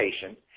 patient